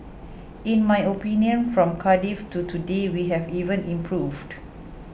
in my opinion from Cardiff to today we have even improved